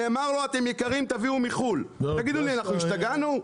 נאמר לו אתם יקרים תביאו מחו"ל תגידו לי אנחנו השתגענו?